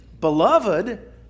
beloved